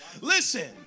Listen